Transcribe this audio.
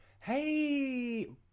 Hey